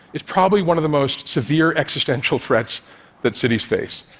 is probably one of the most severe existential threats that cities face.